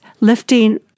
lifting